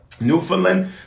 Newfoundland